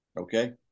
Okay